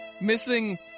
missing